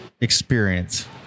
experience